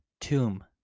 tomb